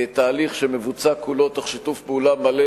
תהליך שמבוצע כולו מתוך שיתוף פעולה מלא